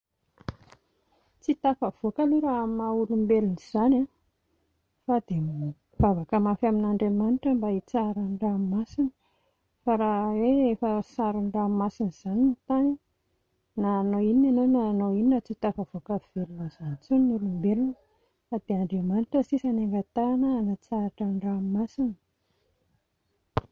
Tsy tafavoaka aloha raha amin'ny maha-olombelona izany a, fa dia mivavaka mafy amin'Andriamanitra mba hitsaharan'ny ranomasina, fa raha hoe efa saron'ny ranomasina izany ny tany na hanao inona ianao na hanao inona tsy ho tafavoaka velona amin'izany intsony ny olombelona fa dia Andriamanitra sisa no angatahana mba hanatsahatra ny ranomasina